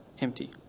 empty